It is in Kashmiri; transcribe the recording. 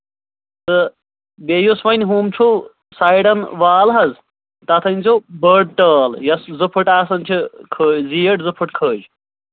تہٕ بیٚیہِ یُس وۄنۍ ہُم چھُو سایڈَن وال حظ تَتھ أنۍزیو بٔڑ ٹٲل یۄس زٕ پھٕٹ آسان چھِ کھہٕ زیٖٹھ زٕ پھٕٹہٕ کھٔج